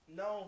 no